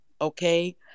okay